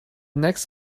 next